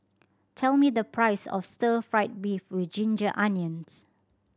tell me the price of Stir Fry beef with ginger onions